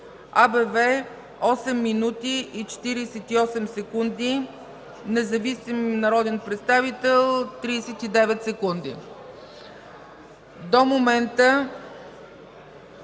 – 8 минути и 48 секунди; независим народен представител – 39 секунди. До момента